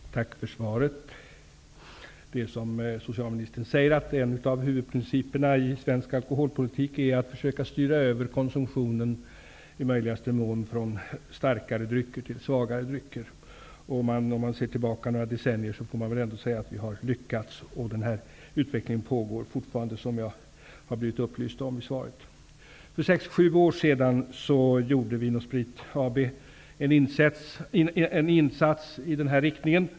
Fru talman! Tack för svaret. Det är som socialministern säger, att en av huvudprinciperna i svensk alkoholpolitik är att i möjligaste mån försöka styra över konsumtionen från starkare till svagare drycker. Om man ser tillbaka några decennier får man säga att vi har lyckats. Denna utveckling pågår fortfarande, som jag har blivit upplyst om i svaret. För sex sju år sedan gjorde Vin & Spritcentralen AB en insats i denna riktning.